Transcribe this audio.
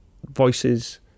voices